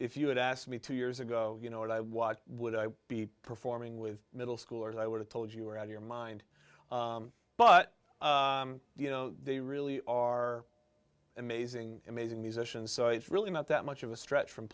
if you had asked me two years ago you know what i watch would i be performing with middle schoolers i would have told you were on your mind but you know they really are amazing amazing musicians so it's really not that much of a stretch from